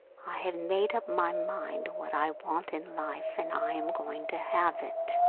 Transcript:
i have made up my mind what i want in life and i am going to have it.